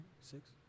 Six